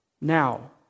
now